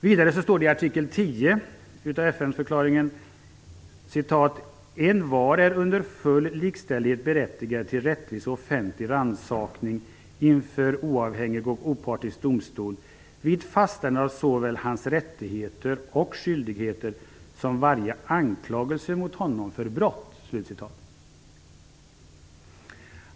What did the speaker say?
Vidare står det i artikel 10 i FN-förklaringen: "Envar är under full likställighet berättigad till rättvis och offentlig rannsakning inför oavhängig och opartisk domstol vid fastställande av såväl hans rättigheter och skyldigheter som varje anklagelse mot honom för brott."